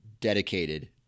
dedicated